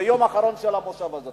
ביום האחרון של המושב הזה.